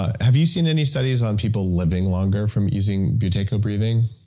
have you seen any studies on people living longer from using buteyko breathing?